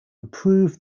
approve